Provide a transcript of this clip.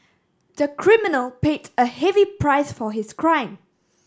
the criminal paid a heavy price for his crime